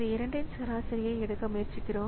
இந்த இரண்டின் சராசரியை எடுக்க முயற்சிக்கிறோம்